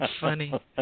funny